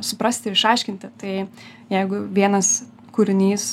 suprasti ir išaiškinti tai jeigu vienas kūrinys